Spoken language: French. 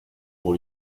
pour